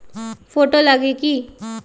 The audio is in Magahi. फोटो लगी कि?